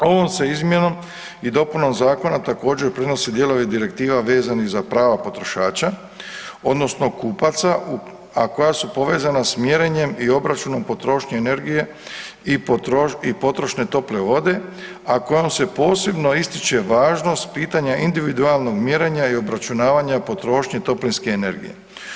Ovom se izmjenom i dopunom zakona također prenose dijelovi direktiva vezanih za prava potrošača odnosno kupaca, a koja su povezana s mjerenjem i obračunom potrošnje energije i potrošne tople vode, a kojom se posebno ističe važnost pitanja individualnog mjerenja i obračunavanja potrošnje toplinske energije.